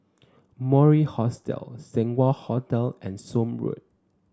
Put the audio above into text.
Mori Hostel Seng Wah Hotel and Somme Road